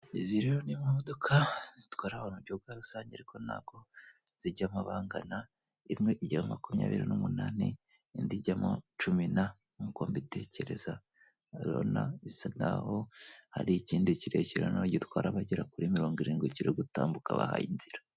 Ni imodoka ebyiri ziri mu byerekezo bitandukanye, hirya hari urugo rufite korotire yi'cyatsi, kuruhande hari umunyamaguru ugenda, inyuma y'uruzitiro haparitse imodoka.